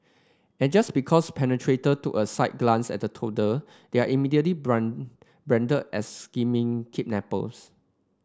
and just because perpetrator took a slight glance at a toddler they are immediately brand branded as scheming kidnappers